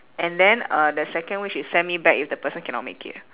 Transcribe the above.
and then uh the second wish is send me back if the person cannot make it